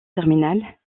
terminale